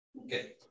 Okay